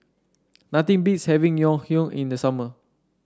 nothing beats having Ngoh Hiang in the summer